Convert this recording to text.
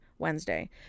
wednesday